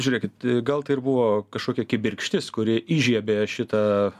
žiūrėkit gal tai ir buvo kažkokia kibirkštis kuri įžiebė šitą